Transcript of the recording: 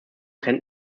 trend